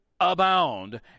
Abound